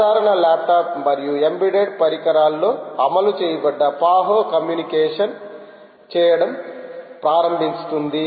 సాధారణ ల్యాప్టాప్ మరియు ఎంబెడెడ్ పరికరాల్లో అమలు చేయబడ్డ పహో కమ్యూనికేషన్ చేయడం ప్రారంభిస్తుంది